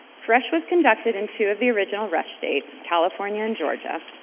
phresh was conducted in two of the original rush states, california and georgia,